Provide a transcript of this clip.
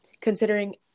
considering